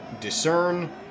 discern